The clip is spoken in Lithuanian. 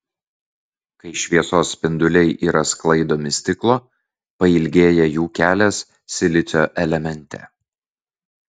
kai šviesos spinduliai yra sklaidomi stiklo pailgėja jų kelias silicio elemente